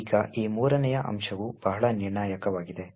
ಈಗ ಈ ಮೂರನೆಯ ಅಂಶವು ಬಹಳ ನಿರ್ಣಾಯಕವಾಗಿದೆ